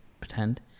pretend